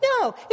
No